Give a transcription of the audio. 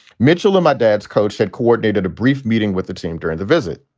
mitchell, my dad's coach, had coordinated a brief meeting with the team during the visit.